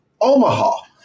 Omaha